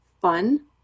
fun